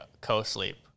co-sleep